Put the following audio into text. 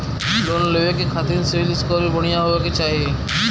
Loan लेवे के खातिन सिविल स्कोर भी बढ़िया होवें के चाही?